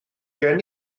gen